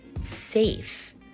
safe